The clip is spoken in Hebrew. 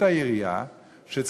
אני מבקש לסיים.